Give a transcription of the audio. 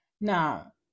Now